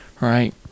Right